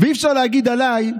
ואי-אפשר להגיד לי: